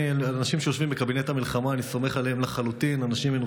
אני סומך לחלוטין על האנשים שיושבים בקבינט המלחמה,